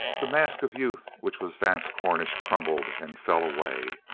the mask of youth which was vance cornish crumbled and fell away.